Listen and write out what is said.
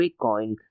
Bitcoin